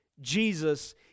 Jesus